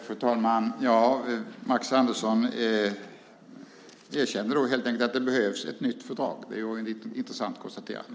Fru talman! Max Andersson erkänner helt enkelt att det behövs ett nytt fördrag. Det är ett intressant konstaterande.